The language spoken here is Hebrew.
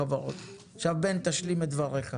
בן, תשלים את דבריך.